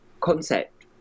concept